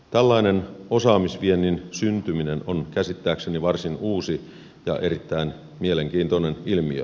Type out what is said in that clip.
tällainen osaamisviennin syntyminen on käsittääkseni varsin uusi ja erittäin mielenkiintoinen ilmiö